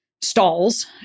stalls